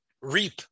reap